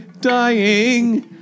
dying